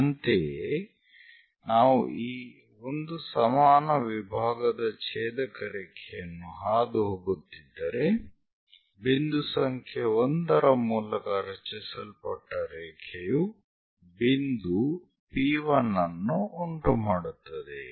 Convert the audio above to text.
ಅಂತೆಯೇ ನಾವು ಈ ಒಂದು ಸಮಾನ ವಿಭಾಗದ ಛೇದಕ ರೇಖೆಯನ್ನು ಹಾದು ಹೋಗುತ್ತಿದ್ದರೆ ಬಿಂದು ಸಂಖ್ಯೆ 1ರ ಮೂಲಕ ರಚಿಸಲ್ಪಟ್ಟ ರೇಖೆಯು ಬಿಂದು P1 ಅನ್ನು ಉಂಟು ಮಾಡುತ್ತದೆ